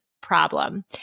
problem